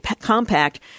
compact